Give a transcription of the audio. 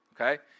okay